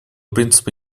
принципа